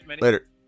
Later